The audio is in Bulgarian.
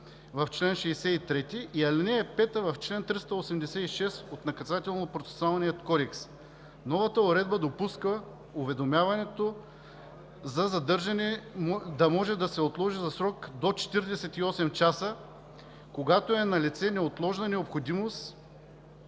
в чл. 63 и ал. 5 в чл. 386 от Наказателно-процесуалния кодекс. Новата уредба допуска уведомяването за задържане да може да се отложи за срок до 48 часа, когато е налице неотложна необходимост